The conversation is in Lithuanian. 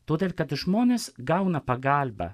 todėl kad žmonės gauna pagalbą